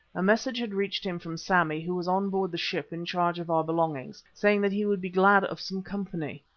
a message had reached him from sammy who was on board the ship in charge of our belongings, saying that he would be glad of some company.